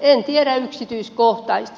en tiedä yksityiskohtaisesti